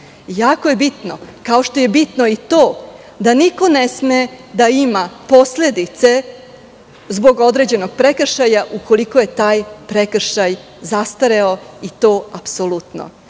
Jako je bitno, kao što je bitno i to da niko ne sme da ima posledice zbog određenog prekršaja, ukoliko je taj prekršaj zastareo, i to apsolutno.